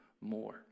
more